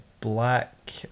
black